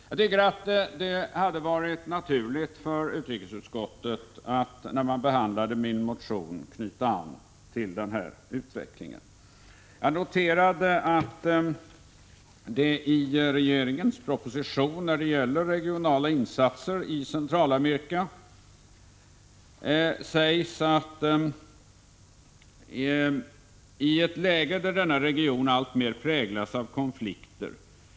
Jag tycker att det hade varit naturligt för utrikesutskottet att när man behandlade min motion knyta an till den här utvecklingen. Jag noterade att det i regeringens proposition beträffande regionala insatser i Centralamerika sägs: ”I ett läge där denna region alltmer präglas av konflikter finns det skäl Prot.